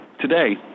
Today